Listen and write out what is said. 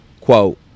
quote